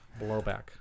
blowback